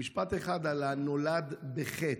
ומשפט אחד על ה"נולד בחטא"